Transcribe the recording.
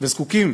וזקוקים